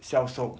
销售